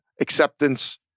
acceptance